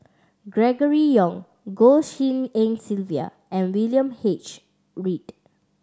Gregory Yong Goh Tshin En Sylvia and William H Read